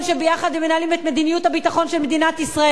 ביחד הם מנהלים את מדיניות הביטחון של מדינת ישראל.